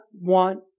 want